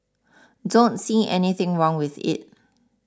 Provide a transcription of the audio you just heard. don't see anything wrong with it